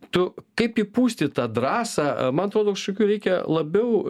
tu kaip įpūsti tą drąsą man atrodo kažkokių reikia labiau